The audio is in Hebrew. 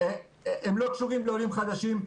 הם לא קשורים לעולים חדשים,